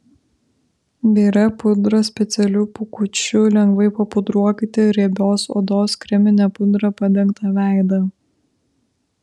biria pudra specialiu pūkučiu lengvai papudruokite riebios odos kremine pudra padengtą veidą